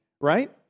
right